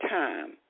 time